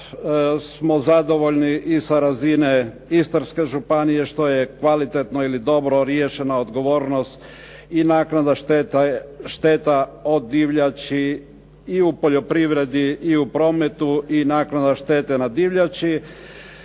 smo zadovoljni i sa razine Istarske županije što je kvalitetno ili dobro riješena odgovornost i naknada šteta od divljači i u poljoprivredi i u prometu i naknada štete na divljači,